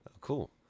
Cool